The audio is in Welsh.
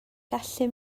gallu